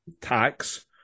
tax